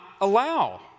allow